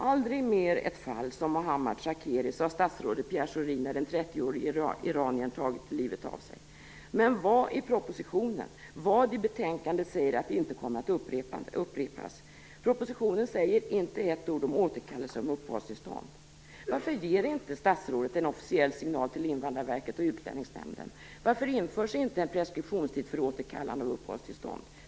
"Aldrig mer ett fall som Mohammad Shakeri", sade statsrådet Pierre Schori när den 30-årige iraniern hade tagit livet av sig. Men vad i propositionen, vad i betänkandet säger att det inte kommer att upprepas? I propositionen sägs det inte ett ord om återkallelse av uppehållstillstånd. Varför ger inte statsrådet en officiell signal till Invandrarverket och Utlänningsnämnden? Varför införs in preskriptionstid för återkallande av uppehållstillstånd?